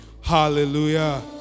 Hallelujah